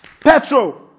petrol